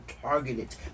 targeted